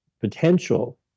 potential